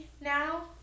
now